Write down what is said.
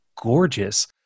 gorgeous